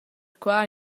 quai